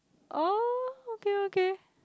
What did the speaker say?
oh okay okay